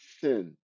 sin